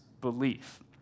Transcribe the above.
belief